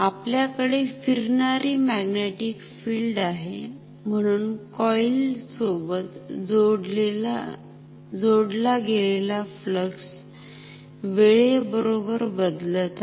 आपल्याकडे फिरणारी magnetic field आहे म्हणुन कॉईल सोबत जोडला गेलेला फ्लक्स वेळे बरोबर बदलत आहे